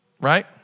Right